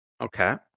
Okay